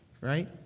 right